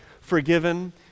forgiven